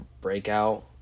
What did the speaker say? breakout